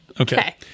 Okay